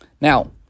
Now